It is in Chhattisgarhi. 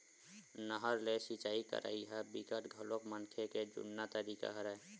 नहर ले सिचई करई ह बिकट घलोक मनखे के जुन्ना तरीका हरय